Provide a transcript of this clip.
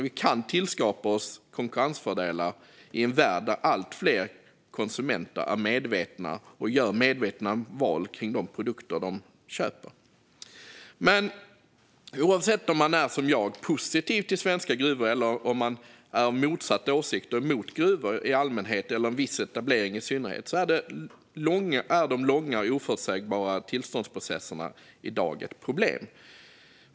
Vi kan tillskansa oss konkurrensfördelar i en värld där allt fler konsumenter är medvetna och gör medvetna val kring de produkter de köper. Men oavsett om man som jag är positiv till svenska gruvor eller om man är av motsatt åsikt och är emot gruvor i allmänhet, eller en viss etablering i synnerhet, är de långa och oförutsägbara tillståndsprocesserna i dag ett problem.